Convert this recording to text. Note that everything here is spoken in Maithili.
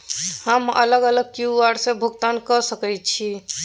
हम अलग अलग क्यू.आर से भुगतान कय सके छि?